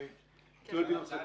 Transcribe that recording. אני מבקש להציע הצעה